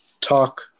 talk